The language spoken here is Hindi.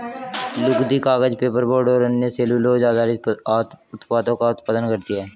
लुगदी, कागज, पेपरबोर्ड और अन्य सेलूलोज़ आधारित उत्पादों का उत्पादन करती हैं